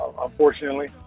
unfortunately